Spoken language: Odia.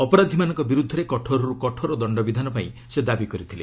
ଅପରାଧୀମାନଙ୍କ ବିରୁଦ୍ଧରେ କଠୋରରୁ କଠୋର ଦଶ୍ଚବିଧାନ ପାଇଁ ସେ ଦାବି କରିଥିଲେ